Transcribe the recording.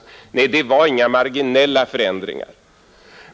Nej, det var inga marginella förändringar.